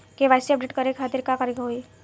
KYC update करे के खातिर का करे के होई?